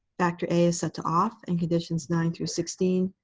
factor a is set to off. in conditions nine through sixteen,